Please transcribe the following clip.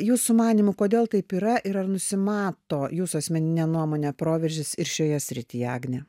jūsų manymu kodėl taip yra ir ar nusimato jūsų asmenine nuomone proveržis ir šioje srityje agne